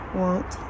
want